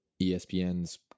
ESPN's